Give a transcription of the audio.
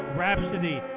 Rhapsody